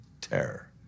terror